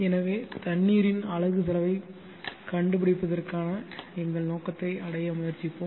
எனவே தண்ணீரின் அலகு செலவைக் கண்டுபிடிப்பதற்கான எங்கள் நோக்கத்தை அடைய முயற்சிப்போம்